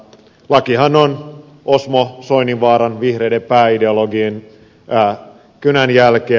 lakihan on osmo soininvaaran vihreiden pääideologin kynänjälkeä